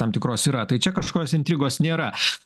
tam tikros yra tai čia kažkokios intrigos nėra